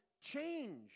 change